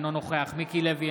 אינו נוכח מיקי לוי,